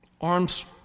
Arms